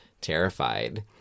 terrified